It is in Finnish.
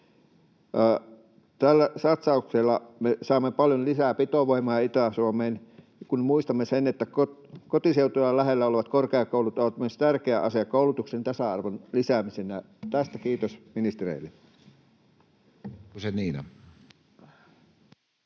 Tällä satsauksella me saamme paljon lisää pitovoimaa Itä-Suomeen, kun muistamme sen, että kotiseutuja lähellä olevat korkeakoulut ovat myös tärkeä asia koulutuksen tasa-arvon lisäämisessä. Tästä kiitos ministereille.